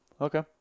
Okay